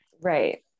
right